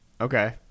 okay